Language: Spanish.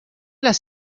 las